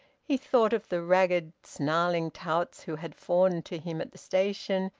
he thought of the ragged snarling touts who had fawned to him at the station,